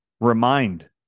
remind